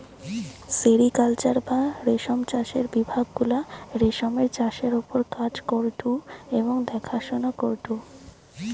sericulture বা রেশম চাষের বিভাগ গুলা রেশমের চাষের ওপর কাজ করঢু এবং দেখাশোনা করঢু